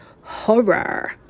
horror